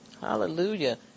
Hallelujah